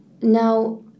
Now